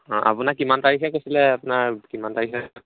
আপোনাক কিমান তাৰিখে কৈছিলে আপোনাক আপোনাৰ কিমান তাৰিখ আছিল